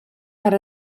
per